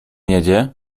jedzie